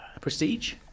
Prestige